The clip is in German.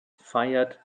feiert